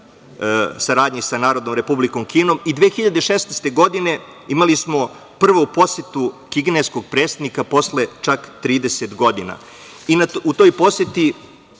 saradnji sa Narodnom Republikom Kinom i 2016. godine imali smo prvu posetu kineskog predsednika posle čak 30 godina.